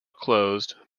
closed